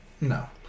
No